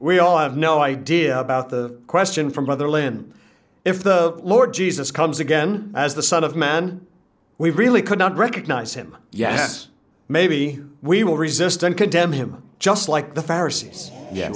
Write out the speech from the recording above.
we all have no idea about the question from brother lim if the lord jesus comes again as the son of man we really could not recognize him yes maybe we will resist and condemn him just like the